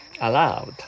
allowed